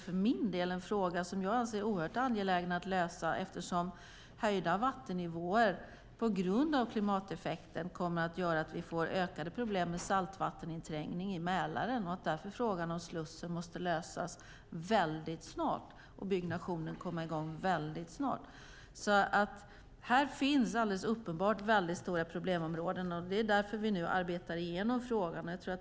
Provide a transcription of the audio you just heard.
För min del är frågan angelägen att lösa eftersom höjda vattennivåer på grund av klimateffekter kommer att göra att vi får ökade problem med saltvatteninträngning i Mälaren. Därför måste frågan om Slussen lösas och byggnationen komma i gång väldigt snart. Det finns uppenbarligen stora problemområden. Därför arbetar vi nu igenom frågan.